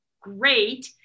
great